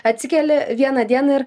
atsikeli vieną dieną ir